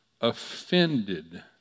offended